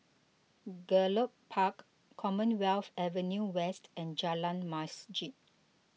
Gallop Park Commonwealth Avenue West and Jalan Masjid